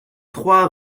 trois